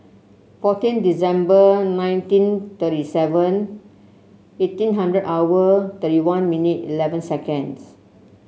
fourteen December nineteen thirty seven eighteen hundred hour thirty one minute eleven seconds